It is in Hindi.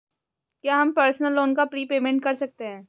क्या हम पर्सनल लोन का प्रीपेमेंट कर सकते हैं?